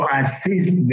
assist